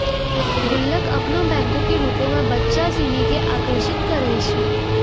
गुल्लक अपनो बैंको के रुपो मे बच्चा सिनी के आकर्षित करै छै